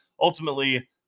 ultimately